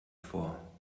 vor